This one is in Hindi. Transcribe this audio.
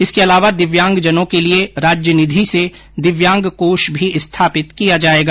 इसके अलावा दिव्यांगजनों के लिये राज्यनिधी से दिव्यांगकोष भी स्थापित किया जायेगा